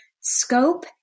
scope